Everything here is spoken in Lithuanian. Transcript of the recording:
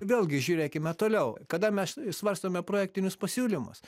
vėlgi žiūrėkime toliau kada mes svarstome projektinius pasiūlymus